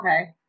Okay